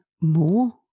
more